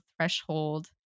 threshold